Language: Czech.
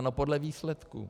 No podle výsledků.